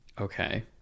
Okay